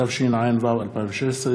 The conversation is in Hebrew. התשע"ו 2016,